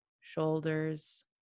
shoulders